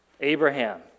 Abraham